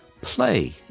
play